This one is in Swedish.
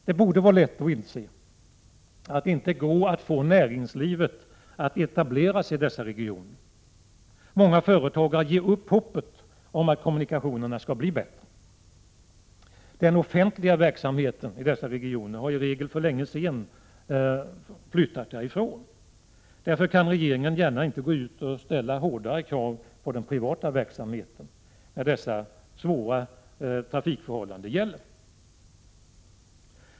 Det borde vara lätt att inse att det inte går att få näringslivet att etablera sig idessa regioner. Många företagare ger upp hoppet om att kommunikationerna skall bli bättre. Den offentliga verksamheten i dessa regioner har i regel för länge sedan flyttats ut. Därför kan regeringen inte gärna ställa hårdare krav på den privata verksamheten i de områden där dessa svåra trafikförhållanden gäller.